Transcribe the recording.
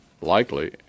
likely